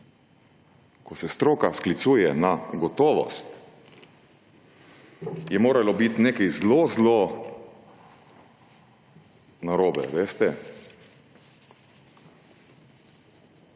Ko se stroka sklicuje na gotovost, je moralo biti nekaj zelo zelo narobe, veste.